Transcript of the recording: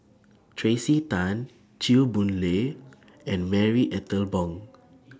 Tracey Tan Chew Boon Lay and Marie Ethel Bong